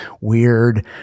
weird